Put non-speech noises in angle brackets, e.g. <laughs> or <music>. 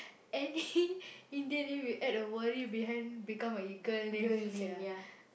any <laughs> Indian name you add a behind become a name sia